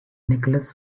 nicholas